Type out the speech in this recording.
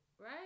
right